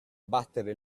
battere